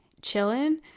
chilling